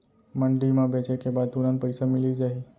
मंडी म बेचे के बाद तुरंत पइसा मिलिस जाही?